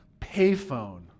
payphone